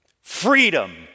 Freedom